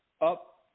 up